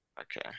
Okay